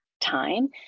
time